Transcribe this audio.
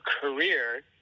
career